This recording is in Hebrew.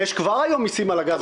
יש כבר היום מסים על הגז הטבעי.